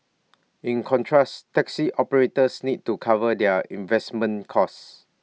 in contrast taxi operators need to cover their investment costs